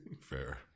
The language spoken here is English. Fair